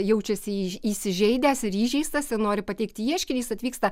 jaučiasi į įsižeidęs ir įžeistas ir nori pateikti ieškinį jis atvyksta